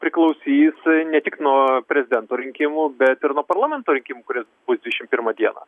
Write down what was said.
priklausys ne tik nuo prezidento rinkimų bet ir nuo parlamento rinkimų kurie bus dvišim pirmą dieną